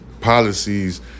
policies